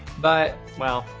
but well,